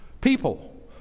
people